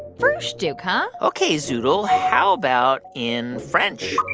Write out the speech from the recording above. froosh-duke, huh? ok, zoodle. how about in french?